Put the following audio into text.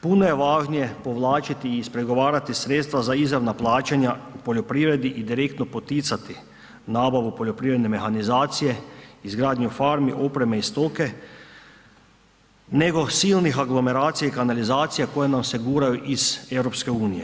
Puno je važnije povlačiti i ispregoravati sredstva za izravna plaćanja u poljoprivredi i direktno poticati nabavu poljoprivredne mehanizacije, izgradnju farmi, opreme i stoke, nego silnih aglomeracija i kanalizacija koje nam se guraju iz EU.